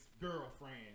girlfriend